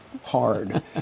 hard